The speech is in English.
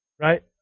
Right